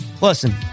Listen